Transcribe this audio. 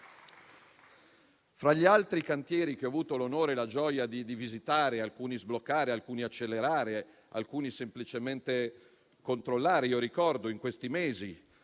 Fra gli altri cantieri che ho avuto l'onore e la gioia di visitare, alcuni sbloccare, altri accelerare, alcuni semplicemente controllare, ricordo in questi mesi